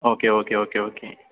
okay okay okay okay